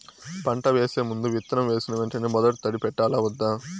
పంట వేసే ముందు, విత్తనం వేసిన వెంటనే మొదటి తడి పెట్టాలా వద్దా?